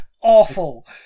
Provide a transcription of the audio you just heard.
awful